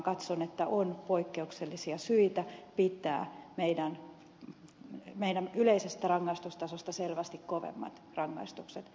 katson että on poikkeuksellisia syitä pitää meidän yleisestä rangaistustasostamme selvästi kovemmat rangaistukset huumepuolella